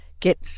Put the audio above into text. get